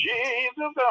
Jesus